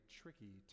tricky